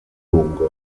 lungo